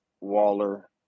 Waller